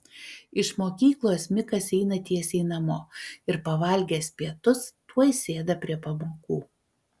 iš mokyklos mikas eina tiesiai namo ir pavalgęs pietus tuoj sėda prie pamokų